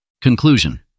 CONCLUSION